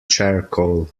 charcoal